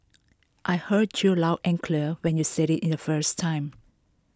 I heard you loud and clear when you said IT in the first time